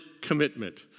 commitment